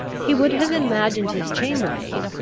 he would have imagined his chambermaid,